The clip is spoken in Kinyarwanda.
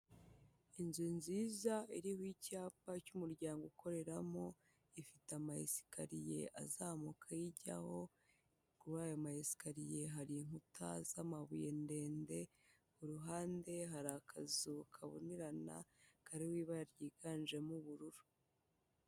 Inzu nziza iriho icyapa cy'umuryango ukoreramo, ifite amesikariye azamuka ayijyaho, kuri ayo mesikariye hari inkuta z'amabuye ndende, ku ruhande hari akazu kabonerana kariho ibara ryiganjemo ubururu.